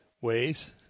ways